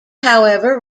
however